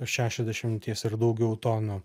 šešiasdešimties ir daugiau tonų